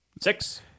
Six